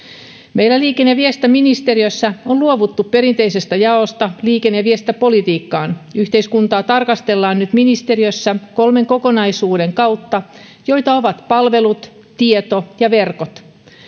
meillä liikenne ja viestintäministeriössä on luovuttu perinteisestä jaosta liikenne ja viestintäpolitiikkaan yhteiskuntaa tarkastellaan nyt ministeriössä kolmen kokonaisuuden kautta joita ovat palvelut tieto ja verkot